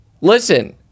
Listen